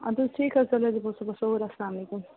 ادٕ حظ ٹھیک حظ تیٚلہِ حظ یِم بہٕ صُبَس اوٗرۍ السلام علیکُم